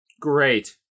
Great